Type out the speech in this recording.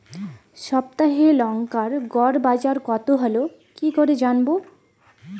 সপ্তাহে লংকার গড় বাজার কতো হলো কীকরে জানবো?